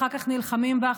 אחר כך נלחמים בך,